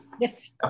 yes